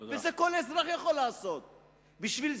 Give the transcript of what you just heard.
את זה כל אזרח יכול לעשות,